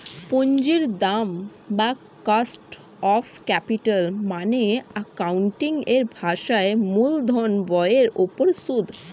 পুঁজির দাম বা কস্ট অফ ক্যাপিটাল মানে অ্যাকাউন্টিং এর ভাষায় মূলধন ব্যয়ের উপর সুদ